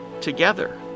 together